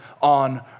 on